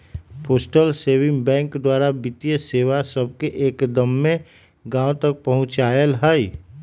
postal saving bank द्वारा वित्तीय सेवा सभके एक्दम्मे गाँव तक पहुंचायल हइ